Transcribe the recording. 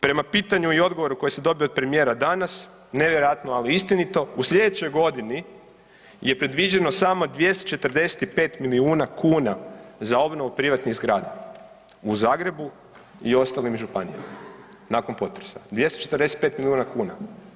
Prema pitanju i odgovoru koje sam dobio od premijera danas, nevjerojatno ali istinito u sljedećoj godini je predviđeno samo 245 milijuna kuna za obnovu privatnih zgrada u Zagrebu i ostalim županijama nakon potresa, 245 milijuna kuna.